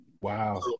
Wow